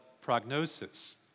prognosis